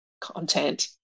content